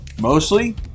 Mostly